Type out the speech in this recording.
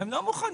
לא מוכנים.